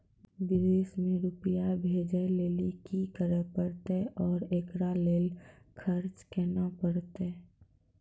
विदेश मे रुपिया भेजैय लेल कि करे परतै और एकरा लेल खर्च केना परतै?